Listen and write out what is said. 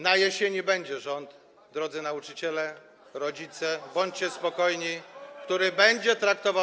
Na jesieni będzie rząd - drodzy nauczyciele, rodzice, bądźcie spokojni - który będzie traktował.